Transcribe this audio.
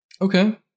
Okay